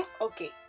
okay